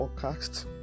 podcast